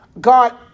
God